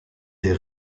des